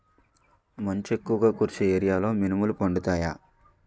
మంచు ఎక్కువుగా కురిసే ఏరియాలో మినుములు పండుతాయా?